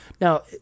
Now